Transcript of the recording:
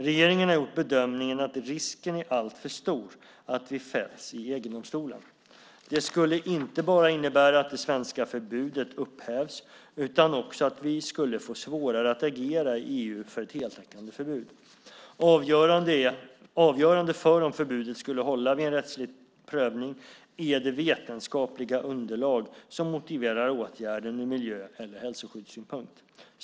Regeringen har gjort bedömningen att risken är alltför stor att vi fälls i EG-domstolen. Det skulle inte bara innebära att det svenska förbudet upphävs utan också att vi skulle få svårare att agera i EU för ett heltäckande förbud. Avgörande för om förbudet skulle hålla vid en rättslig prövning är det vetenskapliga underlag som motiverar åtgärden ur miljö eller hälsoskyddssynpunkt.